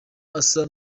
asa